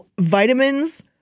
vitamins